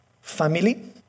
family